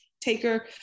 taker